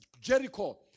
Jericho